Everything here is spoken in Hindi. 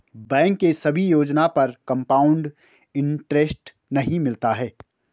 बैंक के सभी योजना पर कंपाउड इन्टरेस्ट नहीं मिलता है